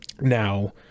now